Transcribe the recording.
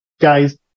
guys